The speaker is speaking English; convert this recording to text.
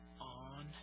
on